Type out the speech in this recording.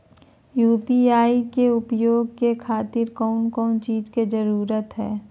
UPI के उपयोग के खातिर कौन कौन चीज के जरूरत है?